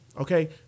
okay